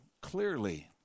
clearly